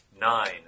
Nine